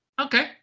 okay